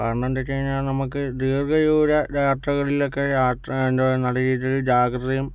കാരണം എന്തന്നുവെച്ച് കഴിഞ്ഞാൽ നമ്മുക്ക് ദീര്ഘ ദൂര യാത്രകളിലക്കെ യാത്ര ചെയ്യേണ്ടി വന്നാല് ഈ ജീ ജാഗ്രതയും